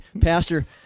Pastor